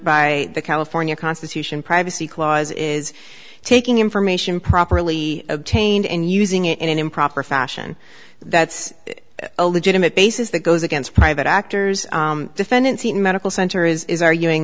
by the california constitution privacy clause is taking information properly obtained and using it in an improper fashion that's a legitimate basis that goes against private actors defendants in medical center is arguing